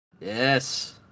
Yes